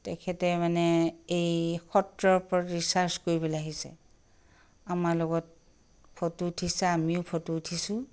তেখেতে মানে এই সত্ৰৰ ওপৰত ৰিচাৰ্ছ কৰিবলৈ আহিছে আমাৰ লগত ফটো উঠিছে আমিও ফটো উঠিছোঁ